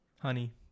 honey